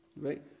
right